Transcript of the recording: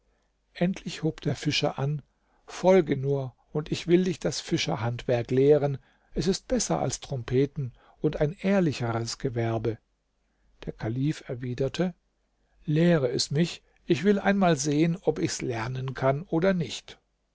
endlich hob der fischer an folge nur und ich will dich das fischerhandwerk lehren es ist besser als trompeten und ein ehrlicheres gewerbe der kalif erwiderte lehre es mich ich will einmal sehen ob ich's lernen kann oder nicht